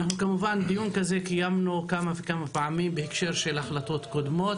דיון כזה קיימנו כמה וכמה פעמים בהקשר של החלטות קודמות.